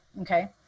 okay